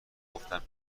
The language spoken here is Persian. گفتم